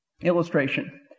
Illustration